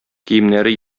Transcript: киемнәре